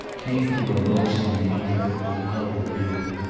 came to her most in the other, the outer view.